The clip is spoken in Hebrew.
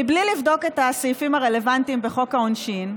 מבלי לבדוק את הסעיפים הרלוונטיים בחוק העונשין,